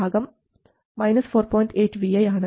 8 vi ആണ്